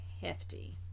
hefty